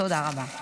תודה רבה.